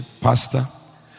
Pastor